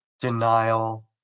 denial